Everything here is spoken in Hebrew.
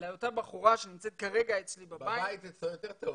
לאותה בחורה שנמצאת כרגע אצלי בבית --- בבית אצלו יותר טוב.